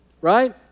Right